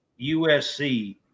USC